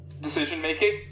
decision-making